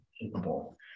capable